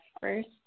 first